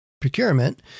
procurement